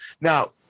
Now